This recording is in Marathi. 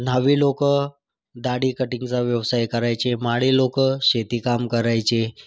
न्हावी लोक दाढी कटिंगचा व्यवसाय करायचे माडी लोक शेतीकाम करायचे